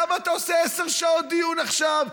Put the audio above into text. למה אתה עושה עשר שעות דיון עכשיו?